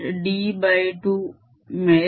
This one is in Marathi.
d2 मिळेल